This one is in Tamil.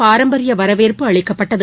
பாரம்பரிய வரவேற்பு அளிக்கப்பட்டது